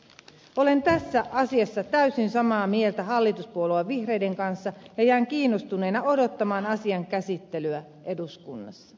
olen tässä asiassa täysin samaa mieltä hallituspuolue vihreiden kanssa ja jään kiinnostuneena odottamaan asian käsittelyä eduskunnassa